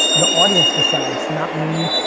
the audience decides, not me,